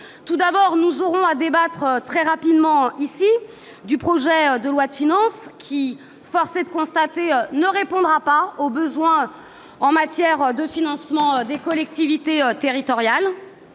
Ainsi, nous aurons à débattre très prochainement du projet de loi de finances, qui, force est de le constater, ne répondra pas aux besoins de financement des collectivités territoriales.